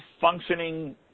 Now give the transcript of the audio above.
functioning